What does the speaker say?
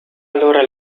allora